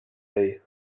say